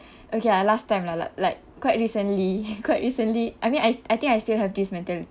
okay lah last time lah like like quite recently quite recently I mean I I think I still have this mentality